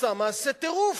עושה מעשה טירוף.